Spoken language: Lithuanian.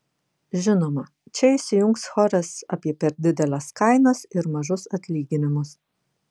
žinoma čia įsijungs choras apie per dideles kainas ir mažus atlyginimus